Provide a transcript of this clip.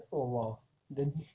如果我 then